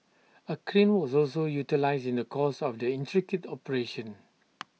A crane was also utilised in the course of the intricate operation